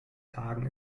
tagen